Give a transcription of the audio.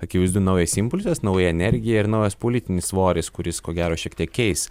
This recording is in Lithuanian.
akivaizdu naujas impulsas nauja energija ir naujas politinis svoris kuris ko gero šiek tiek keis